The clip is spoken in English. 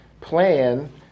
plan